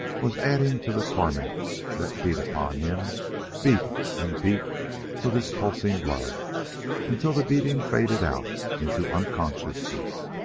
was adding to the torment that beat upon him beat and beat with his pulsing blood until the beating faded out into unconsciousness.